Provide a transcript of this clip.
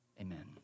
Amen